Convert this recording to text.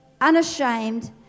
unashamed